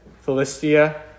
Philistia